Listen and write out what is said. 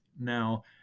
Now